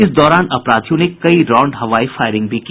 इस दौरान अपराधियों ने कई राउंड हवाई फायरिंग भी की